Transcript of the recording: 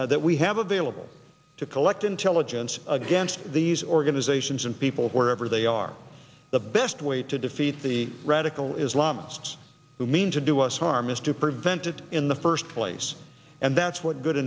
that we have available to collect intelligence against these organizations and people wherever they are the best way to defeat the radical islamics who mean to do us harm is to prevent it in the first place and that's what good